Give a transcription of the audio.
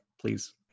please